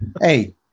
Hey